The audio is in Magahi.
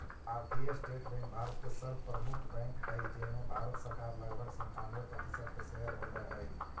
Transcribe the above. भारतीय स्टेट बैंक भारत के सर्व प्रमुख बैंक हइ जेमें भारत सरकार लगभग सन्तानबे प्रतिशत के शेयर होल्डर हइ